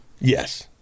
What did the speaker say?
Yes